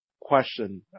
question